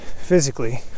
physically